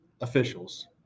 officials